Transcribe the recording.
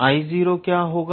𝐼0 क्या होगा